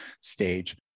stage